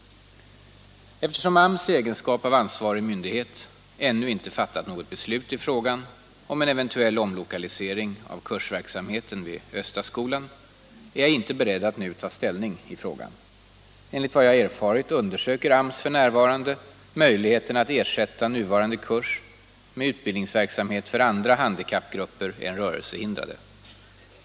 Eftersom AMS i egenskap av ansvarig myndighet ännu inte fattat något Nr 132 beslut i frågan om en eventuell omlokalisering av kursverksamheten vid Måndagen den Östaskolan är jag inte beredd att nu ta ställning i frågan. Enligt vad 16 maj 1977 jag har erfarit undersöker AMS f. n. möjligheterna att ersätta nuvarande I kurs med utbildningsverksamhet för andra handikappgrupper än rörel Om bibehållande sehindrade.